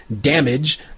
Damage